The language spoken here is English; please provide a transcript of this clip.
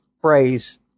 phrase